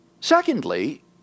Secondly